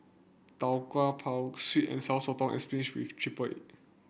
Tau Kwa Pau sweet and Sour Sotong and spinach with triple egg